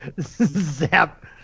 Zap